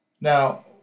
now